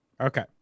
Okay